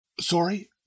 Sorry